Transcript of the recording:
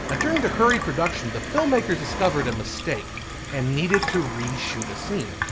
ah during the hurried production, the filmmakers discovered a mistake and needed to reshoot a scene,